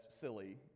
silly